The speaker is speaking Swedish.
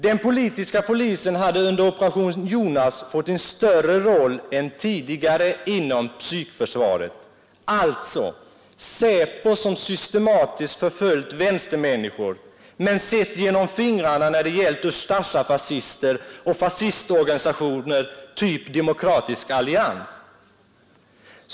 Den politiska polisen hade under Operation Jonas fått en större roll än tidigare inom psykförsvaret — alltså SÄPO, som systematiskt förföljt vänstermänniskor men sett genom fingrarna när det gällt Ustasjafascister och fascistorganisationer av typ Demokratisk allians.